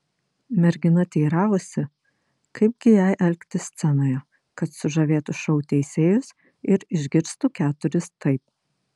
mergina teiravosi kaip gi jai elgtis scenoje kad sužavėtų šou teisėjus ir išgirstų keturis taip